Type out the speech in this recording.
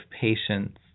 patience